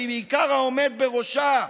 ובעיקר העומד בראשה,